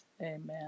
Amen